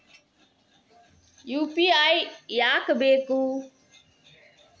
UPI ಯಾಕ್ ಬೇಕು?